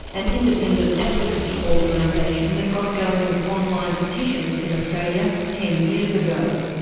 an independent advocacy organisation that got going with online petitions in australia ten years ago.